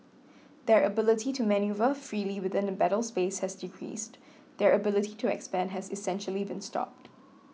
their ability to manoeuvre freely within the battle space has decreased their ability to expand has essentially been stopped